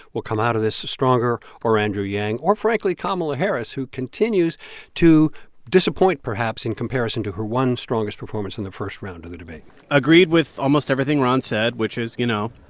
will come out of this stronger or andrew yang or, frankly, kamala harris, who continues to disappoint, perhaps in comparison to her one strongest performance in the first round of the debate agreed with almost everything ron said, which is, you know,